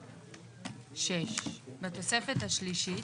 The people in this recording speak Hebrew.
6. "בתוספת השלישית,